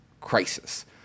crisis